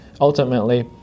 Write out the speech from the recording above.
ultimately